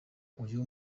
uyu